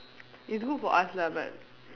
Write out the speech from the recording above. it's good for us lah but